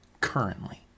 currently